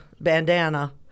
bandana